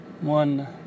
one